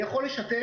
אני יכול לשתף,